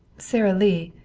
sara lee,